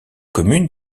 commune